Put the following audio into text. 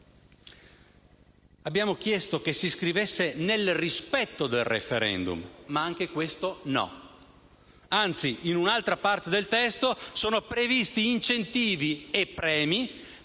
Abbiamo chiesto che si scrivesse «nel rispetto del *referendum*», ma anche questo è stato rifiutato; anzi, in un'altra parte del testo sono previsti incentivi e premi